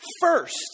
first